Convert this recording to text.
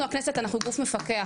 אנחנו הכנסת, אנחנו גוף מפקח,